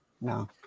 No